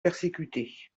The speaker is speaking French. persécutés